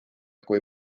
kui